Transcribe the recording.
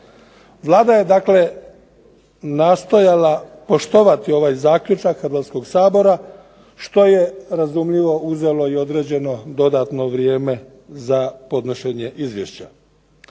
Vlada je dakle nastojala poštovati ovaj zaključak Hrvatskog sabora, što je razumljivo uzelo i određeno dodatno vrijeme za podnošenje izvješća.